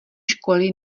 školy